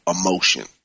emotion